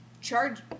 charge